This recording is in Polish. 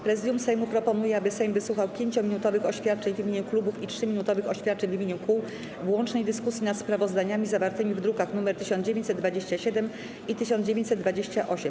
Prezydium Sejmu proponuje, aby Sejm wysłuchał 5-minutowych oświadczeń w imieniu klubów i 3-minutowych oświadczeń w imieniu kół w łącznej dyskusji nad sprawozdaniami zawartymi w drukach nr 1927 i 1928.